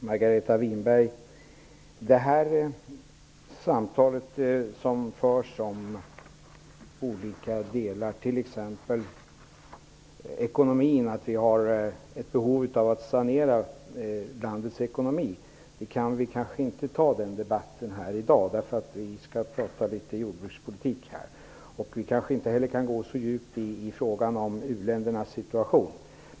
Herr talman! En debatt om ekonomin -- t.ex. om att vi har ett behov av att sanera landets ekonomi -- kan vi kanske inte föra i dag. Vi skall ju prata om jordbrukspolitik, Margareta Winberg. Vi kan kanske inte heller tränga så djupt in i frågan om uländernas situation.